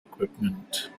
equipment